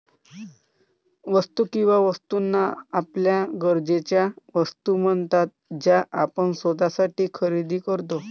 वस्तू किंवा वस्तूंना आपल्या गरजेच्या वस्तू म्हणतात ज्या आपण स्वतःसाठी खरेदी करतो